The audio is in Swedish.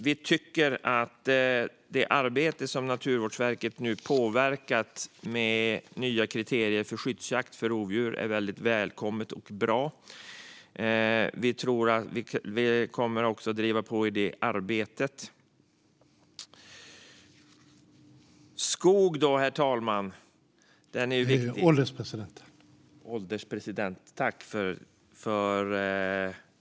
Vi tycker att det arbete som Naturvårdsverket nu påbörjat med nya kriterier för skyddsjakt på rovdjur är välkommet och bra. Vi kommer att driva på det arbetet. Jag går nu över till att tala om skogen, herr ålderspresident.